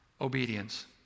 obedience